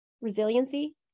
resiliency